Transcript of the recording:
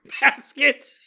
basket